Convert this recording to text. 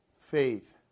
faith